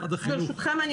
ברשותכם,